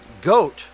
goat